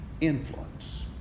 influence